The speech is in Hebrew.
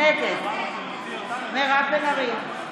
נגד מירב בן ארי,